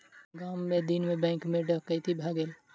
गाम मे दिन मे बैंक डकैती भ गेलै